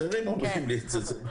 אחרים אומרים לי את זה.